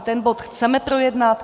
Ten bod chceme projednat.